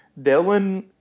Dylan